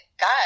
God